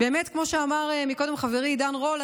כמו שאמרת קודם חברי עידן רול,